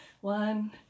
One